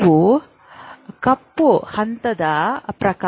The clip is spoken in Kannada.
ಇವು ಕಪ್ಪು ಹಂಸದ ಪ್ರಕಾರ